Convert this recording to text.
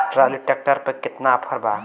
Trolley tractor पर केतना offer बा?